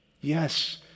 yes